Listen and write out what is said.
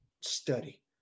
study